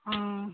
অঁ